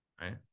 Right